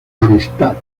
amistad